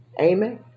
Amen